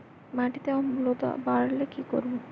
মাটিতে অম্লত্ব বাড়লে কি করব?